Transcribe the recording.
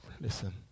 Listen